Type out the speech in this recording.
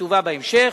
תובא בהמשך,